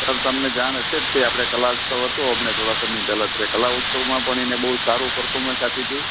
sir તમને જાણ હશે જ તે આપણે કલા ઉત્સવ હતો હમણાં થોડા સમય પહેલાં જ તે કલા ઉત્સવમાં પણ એણે બહુ સારું પરફોમન્સ આપ્યું હતું